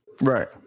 right